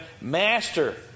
Master